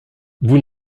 vous